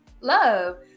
love